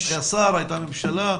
היה שר, הייתה ממשלה,